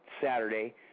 Saturday